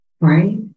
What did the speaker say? Right